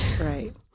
Right